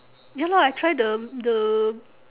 ya lah I try the the